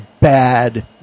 bad